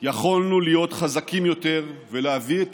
יכולנו להיות חזקים יותר ולהביא את